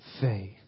faith